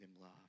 love